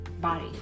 body